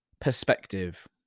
perspective